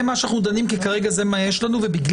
אנחנו דנים בזה כרגע כי כרגע זה מה שיש לנו ובגלל